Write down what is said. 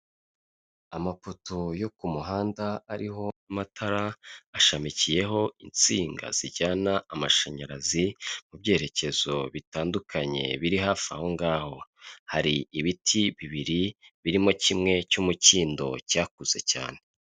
Amapoto yo ku muhanda ariho amatara, hashamikiyeho insinga zijyana amashanyarazi mu byerekezo bitandukanye biri hafi aho ngaho, hari ibiti bibiri birimo kimwe cy'umukindo cyakuze cyane.